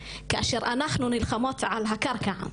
כאשר אנחנו נלחמות על הקרקע,